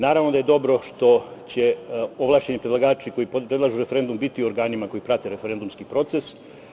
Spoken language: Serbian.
Naravno da je dobro što će ovlašćeni predlagači koji predlažu referendum biti u organima koji prate referendumski proces.